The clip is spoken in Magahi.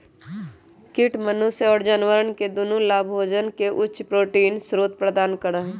कीट मनुष्य और जानवरवन के दुन्नो लाभोजन के उच्च प्रोटीन स्रोत प्रदान करा हई